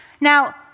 Now